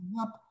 up